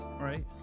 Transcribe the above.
right